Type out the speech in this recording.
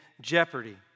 jeopardy